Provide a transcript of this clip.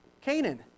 Canaan